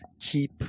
keep